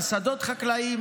על שדות חקלאיים,